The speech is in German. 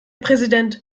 präsident